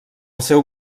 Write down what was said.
seu